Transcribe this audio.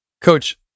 Coach